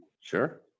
Sure